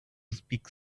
speak